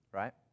right